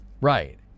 Right